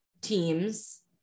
teams